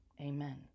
Amen